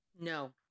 no